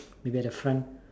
maybe at the front